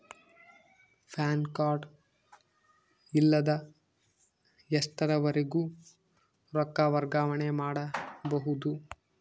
PAN card ಇಲ್ಲದ ಎಷ್ಟರವರೆಗೂ ರೊಕ್ಕ ವರ್ಗಾವಣೆ ಮಾಡಬಹುದು?